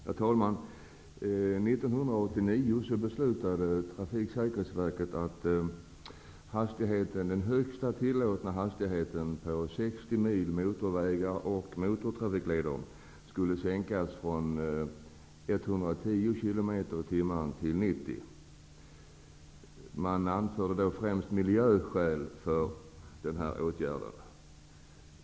Herr talman! 1989 beslutade Trafiksäkerhetsverket att den högsta tillåtna hastigheten på 60 mil motorvägar och motortrafikleder skulle sänkas från 110 km tim. Man anförde då främst miljöskäl för denna åtgärd.